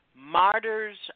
Martyrs